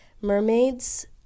mermaids